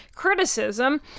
criticism